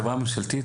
חברה ממשלתית?